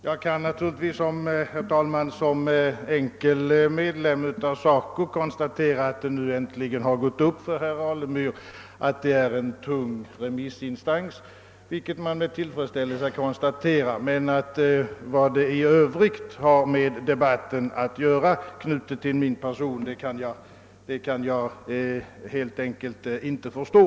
Jag kan naturligtvis, herr talman, som enkel medlem i SACO bara med tillfredsställelse konstatera att det nu äntligen har gått upp för herr Alemyr att SACO är en tung remissinstans, men vad mitt medlemskap i organisationen i övrigt har med dagens debatt att göra kan jag helt enkelt inte förstå.